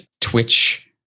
Twitch